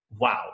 Wow